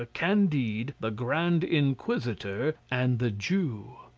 ah candide, the grand inquisitor, and the jew.